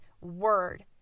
word